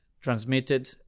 transmitted